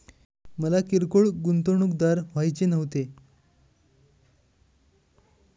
मला किरकोळ गुंतवणूकदार व्हायचे नव्हते